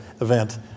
event